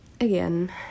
Again